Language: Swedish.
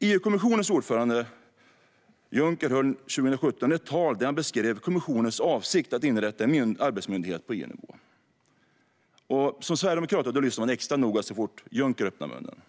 EU-kommissionens ordförande Juncker höll 2017 ett tal där han beskrev kommissionens avsikt att inrätta en arbetsmyndighet på EU-nivå. Som sverigedemokrat lyssnar man extra noga så fort Juncker öppnar munnen,